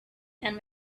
and